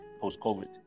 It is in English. post-COVID